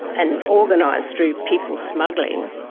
and organised through people smuggling,